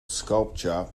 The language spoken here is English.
sculpture